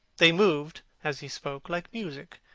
they moved, as he spoke, like music,